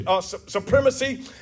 supremacy